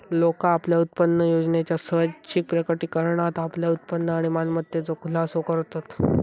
लोका आपल्या उत्पन्नयोजनेच्या स्वैच्छिक प्रकटीकरणात आपल्या उत्पन्न आणि मालमत्तेचो खुलासो करतत